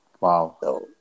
Wow